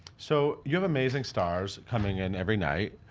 so you have amazing stars coming in every night.